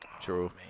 True